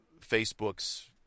Facebook's